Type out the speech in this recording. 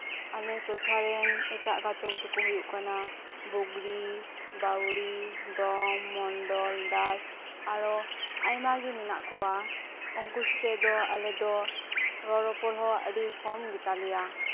ᱟᱞᱮ ᱴᱚᱴᱷᱟᱨᱮᱱ ᱮᱴᱟᱜ ᱜᱟᱛᱮ ᱠᱚᱫᱚ ᱠᱚ ᱦᱩᱭᱩᱜ ᱠᱟᱱᱟ ᱵᱩᱜᱲᱤ ᱵᱟᱣᱨᱤ ᱰᱚᱢ ᱢᱚᱱᱰᱚᱞ ᱫᱟᱥ ᱟᱨᱚ ᱟᱭᱢᱟᱜᱮ ᱢᱮᱱᱟᱜ ᱠᱚᱣᱟ ᱩᱱᱠᱩ ᱥᱟᱛᱮᱜ ᱫᱚ ᱟᱞᱮᱫᱚ ᱨᱚᱲ ᱨᱚᱯᱚᱲ ᱦᱚᱸ ᱟᱹᱰᱤ ᱠᱚᱢ ᱜᱮᱛᱟᱞᱮᱭᱟ